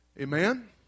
Amen